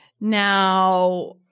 Now